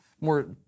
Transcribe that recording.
more